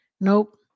Nope